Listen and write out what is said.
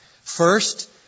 First